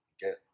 get